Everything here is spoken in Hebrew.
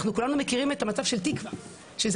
אנחנו כולנו מכירים את המצב של תקווה סבן,